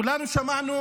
כולנו שמענו